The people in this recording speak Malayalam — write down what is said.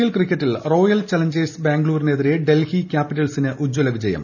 എൽ ക്രിക്കറ്റിൽ റോയൽ ചലഞ്ചേഴ്സ് ബാംഗ്ലൂരിനെതിരെ ഡൽഹി ക്യാപിറ്റൽസിന് ഉജ്ജല വിജയം